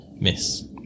Miss